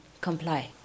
comply